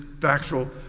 factual